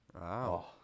Wow